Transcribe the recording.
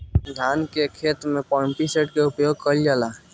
धान के ख़हेते में पम्पसेट का उपयोग कइल जाला?